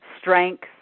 strength